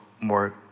more